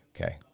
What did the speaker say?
okay